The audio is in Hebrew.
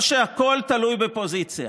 או שהכול תלוי בפוזיציה.